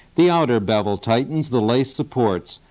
the outer bevel tightens the lace supports,